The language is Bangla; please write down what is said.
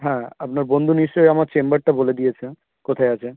হ্যাঁ আপনার বন্ধু নিশ্চয়ই আমার চেম্বারটা বলে দিয়েছে কোথায় আছে